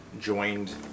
joined